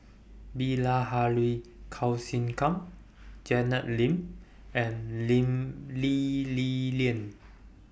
Bilahari Kausikan Janet Lim and Lee Li Lian